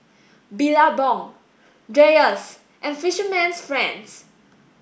Billabong Dreyers and Fisherman's friend